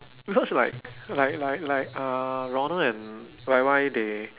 because like like like like uh ronald and Y_Y they